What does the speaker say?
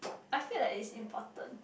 I feel that it's important